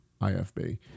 IFB